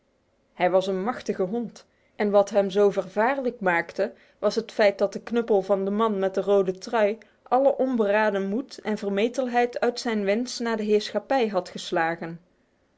hij was een machtige hond en wat hem zo gevaarlijk maakte was het feit dat de knuppel van den man met de rode trui alle onberaden moed en vermetelheid uit zijn wens naar de heerschappij had geslagen